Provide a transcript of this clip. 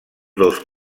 dos